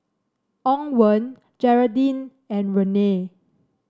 Owen Jeraldine and Renee